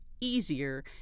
easier